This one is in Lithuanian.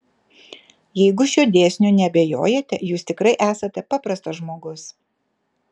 jeigu šiuo dėsniu neabejojate jūs tikrai esate paprastas žmogus